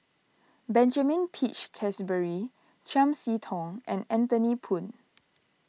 Benjamin Peach Keasberry Chiam See Tong and Anthony Poon